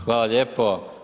Hvala lijepo.